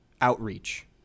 outreach